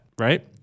right